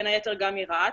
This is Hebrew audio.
בין היתר גם מרהט,